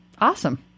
awesome